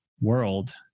world